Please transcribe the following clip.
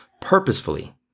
purposefully